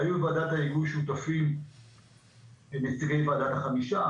בוועדת ההיגוי היו שותפים נציגי ועדת החמישה,